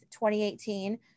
2018